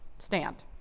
stand,